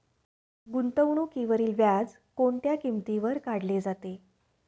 गुंतवणुकीवरील व्याज कोणत्या किमतीवर काढले जाते?